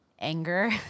anger